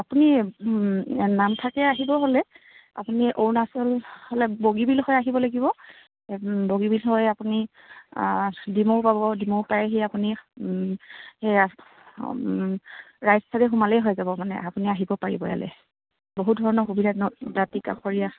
আপুনি নামফাকে আহিব হ'লে আপুনি অৰুণাচল হ'লে বগীবিল হৈ আহিব লাগিব বগীবিল হৈ আপুনি ডিমৌ পাব ডিমৌ পাই আহি আপুনি সেই ৰাইট ছাইডে সোমালেই হৈ যাব মানে আপুনি আহিব পাৰিব ইয়ালৈ বহুত ধৰণৰ সুবিধা নদী দাঁতিকাষৰীয়া